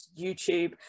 YouTube